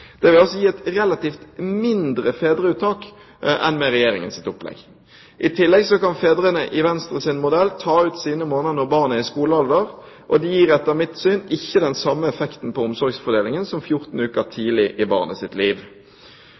Det vil altså gi et relativt mindre fedreuttak enn med Regjeringens opplegg. I tillegg kan fedrene i Venstres modell ta ut sine måneder når barnet er i skolealder. Det gir etter mitt syn ikke den samme effekten på omsorgsfordelingen som 14 uker tidlig i barnets liv.